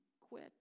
quit